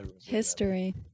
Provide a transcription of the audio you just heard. History